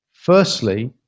Firstly